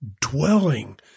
dwelling